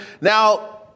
Now